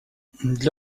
для